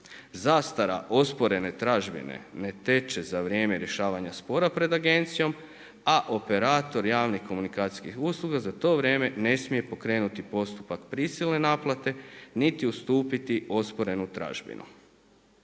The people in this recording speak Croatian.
Zastara osporene tražbine ne teče za vrijeme rješavanja spora pred agencijom, a operator javnih komunikacijskih usluga za to vrijeme ne smije pokrenuti postupak prisilne naplate niti ustupiti osporenu tražbinu.